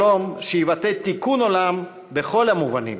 שלום שיבטא תיקון עולם בכל המובנים.